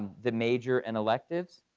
the major and electives.